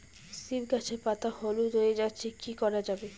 সীম গাছের পাতা হলুদ হয়ে যাচ্ছে কি করা যাবে?